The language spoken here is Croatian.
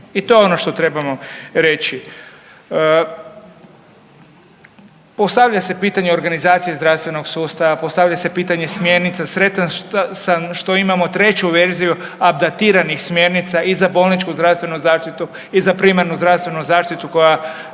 I to je ono što trebamo reći. Postavlja se pitanje organizacije zdravstvenog sustava, postavlja se pitanje smjernica, sretan sam što imamo treću verziju abdatiranih smjernica i za bolničku zdravstvenu zaštitu i za primarnu zdravstvenu zaštitu koja